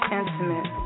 intimate